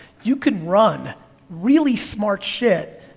you could run really smart shit,